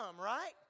right